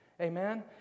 Amen